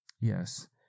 yes